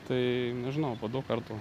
tai nežinau po daug kartų